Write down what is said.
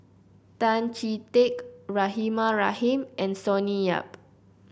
Tan Chee Teck Rahimah Rahim and Sonny Yap